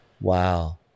Wow